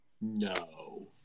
No